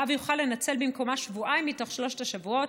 האב יוכל לנצל במקומה שבועיים מתוך שלושת השבועות,